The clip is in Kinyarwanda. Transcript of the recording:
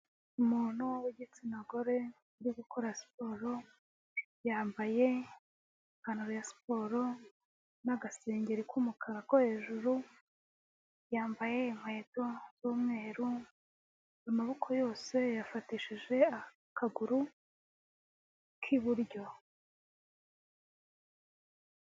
Umuntu w'igitsina gore uri gukora siporo yambaye ipantato ya siporo n'agasengeri k'umukara ko hejuru, yambaye inkweto z'umweru, amaboko yose yayafatishije akaguru k'iburyo.